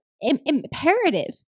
imperative